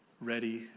ready